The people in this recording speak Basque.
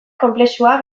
konplexua